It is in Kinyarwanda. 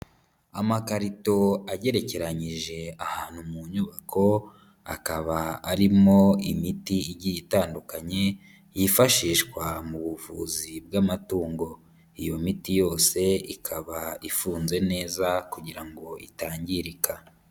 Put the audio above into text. Amakarito agerekeranyije ahantu mu nyubako, akaba arimo imiti igiye itandukanye, yifashishwa mu buvuzi bw'amatungo, iyo miti yose ikaba ifunze neza kugira ngo itangirika.